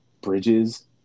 Bridges